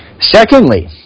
Secondly